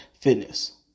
Fitness